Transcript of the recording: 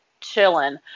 chilling